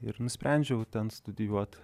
ir nusprendžiau ten studijuot